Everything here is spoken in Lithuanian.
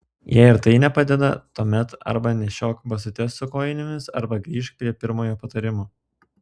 jei ir tai nepadeda tuomet arba nešiok basutes su kojinėmis arba grįžk prie pirmojo patarimo